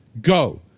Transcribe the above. go